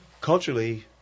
Culturally